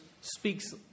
speaks